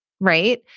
Right